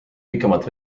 pikemat